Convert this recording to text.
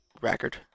record